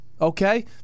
Okay